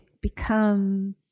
become